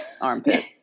armpit